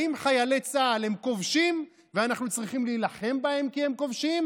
האם חיילי צה"ל הם כובשים ואנחנו צריכים להילחם בהם כי הם כובשים,